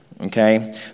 okay